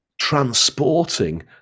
transporting